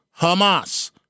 Hamas